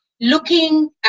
looking